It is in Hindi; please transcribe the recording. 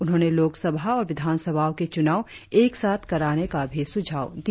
उन्होंने लोकसभा और विधानसभाओं के चुनाव एक साथ कराने का भी सुझाव दिया